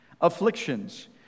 afflictions